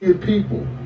People